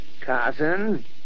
Carson